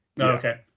okay